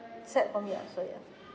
sad for me ah sorry